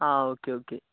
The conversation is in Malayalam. ആ ഓക്കെ ഓക്കെ